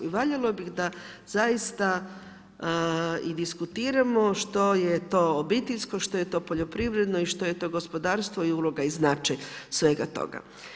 I valjalo bih da zaista i diskutiramo što je to obiteljsko, što je to poljoprivredno i što je to gospodarstvo i uloga i značaj svega toga.